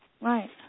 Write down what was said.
Right